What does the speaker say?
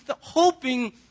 hoping